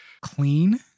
clean